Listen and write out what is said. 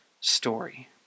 story